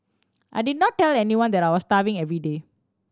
I did not tell anyone that I was starving every day